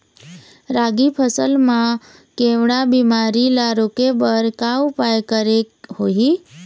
रागी फसल मा केवड़ा बीमारी ला रोके बर का उपाय करेक होही?